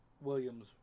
William's